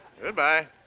Goodbye